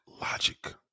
logic